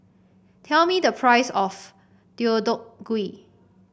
tell me the price of Deodeok Gui